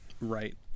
right